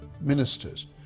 ministers